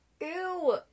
Ew